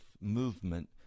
movement